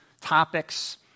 topics